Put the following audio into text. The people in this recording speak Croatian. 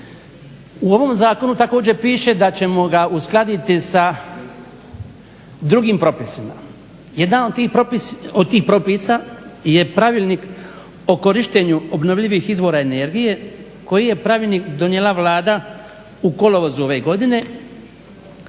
U ovom zakonu također piše da ćemo da uskladiti sa drugim propisima. Jedan od tih propis je Pravilnik o korištenju obnovljivih izvora energije koji je pravilnik donijela Vlada u kolovozu ove godine